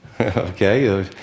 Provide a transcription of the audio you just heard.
Okay